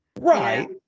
Right